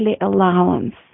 allowance